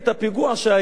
תחשוב קדימה,